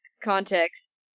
context